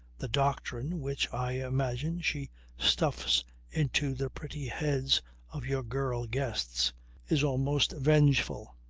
the doctrine which i imagine she stuffs into the pretty heads of your girl-guests is almost vengeful.